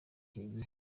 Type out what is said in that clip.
gihe